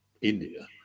India